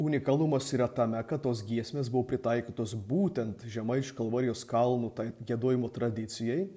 unikalumas yra tame kad tos giesmės buvo pritaikytos būtent žemaičių kalvarijos kalnų tai giedojimo tradicijai